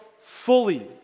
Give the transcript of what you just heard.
fully